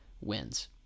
wins